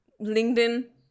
LinkedIn